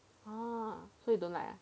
oh so you don't like ah